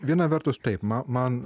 viena vertus taip ma man